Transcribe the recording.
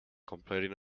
completing